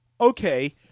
okay